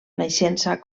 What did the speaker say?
naixença